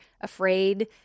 afraid